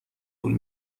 طول